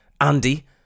Andy